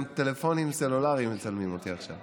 גם בטלפונים סלולריים מצלמים אותי עכשיו.